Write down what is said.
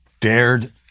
dared